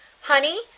Honey